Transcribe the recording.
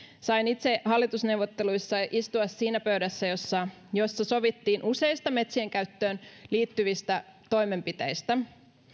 sain itse hallitusneuvotteluissa istua siinä pöydässä jossa jossa sovittiin useista metsien käyttöön liittyvistä toimenpiteistä